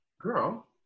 Girl